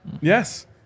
Yes